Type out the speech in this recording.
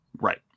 Right